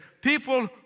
People